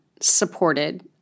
supported